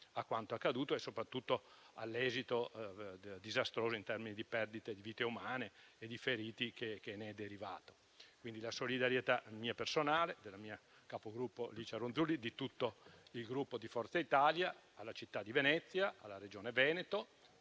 a quanto accaduto, soprattutto per il suo esito disastroso in termini di perdita di vite umane e di feriti. Quindi, esprimo la solidarietà mia personale, della mia capogruppo, Licia Ronzulli, e di tutto il Gruppo Forza Italia alla città di Venezia, alla Regione Veneto,